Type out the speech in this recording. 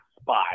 spot